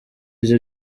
ibyo